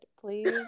please